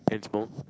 and smoke